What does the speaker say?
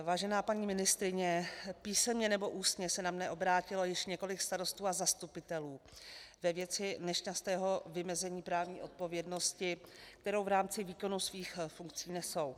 Vážená paní ministryně, písemně nebo ústně se na mě obrátilo již několik starostů a zastupitelů ve věci nešťastného vymezení právní odpovědnosti, kterou v rámci výkonu svých funkcí nesou.